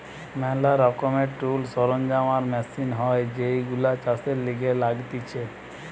ম্যালা রকমের টুলস, সরঞ্জাম আর মেশিন হয় যেইগুলো চাষের লিগে লাগতিছে